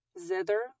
zither